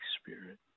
Spirit